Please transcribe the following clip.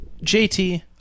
JT